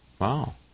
Wow